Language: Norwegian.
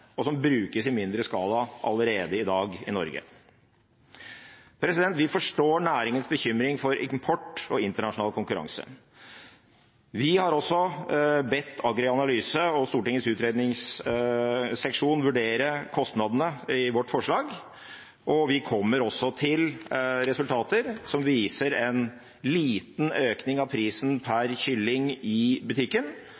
og som allerede i dag brukes i mindre skala i Norge. Vi forstår næringens bekymring for import og internasjonal konkurranse. Vi har også bedt AgriAnalyse og Stortingets utredningsseksjon om å vurdere kostnadene i våre forslag, og vi kommer også til resultater som viser en liten økning i prisen